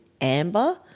amber